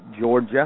Georgia